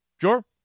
Sure